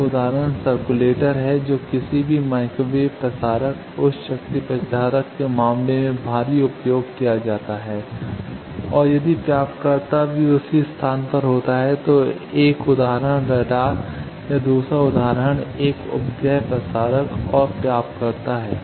इसका एक उदाहरण सर्कुलेटर है जो किसी भी माइक्रोवेव प्रसारक उच्च शक्ति प्रसारक के मामले में भारी उपयोग किया जाता है और यदि प्राप्तकर्ता भी उसी स्थान पर होता है तो एक उदाहरण रडार या दूसरा उदाहरण एक उपग्रह प्रसारक और प्राप्तकर्ता है